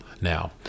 now